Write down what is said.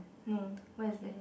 no where is that